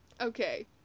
Okay